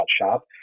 shop